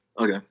Okay